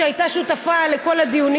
שהייתה שותפה לכל הדיונים.